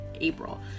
April